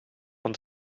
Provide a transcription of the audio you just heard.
want